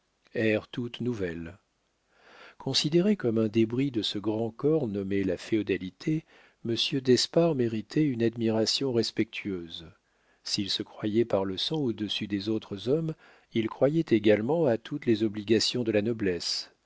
toute nouvelle considérée comme un débris de ce grand corps nommé la féodalité monsieur d'espard méritait une admiration respectueuse s'il se croyait par le sang au-dessus des autres hommes il croyait également à toutes les obligations de la noblesse